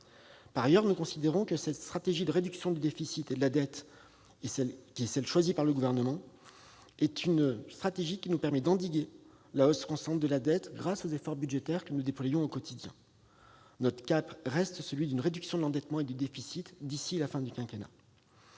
Par ailleurs, nous considérons que la stratégie de réduction du déficit et de la dette choisie par le Gouvernement nous permet d'endiguer la hausse constante de la dette grâce aux efforts budgétaires que nous déployons quotidiennement. Notre cap reste celui d'une réduction de l'endettement et du déficit d'ici à la fin du quinquennat.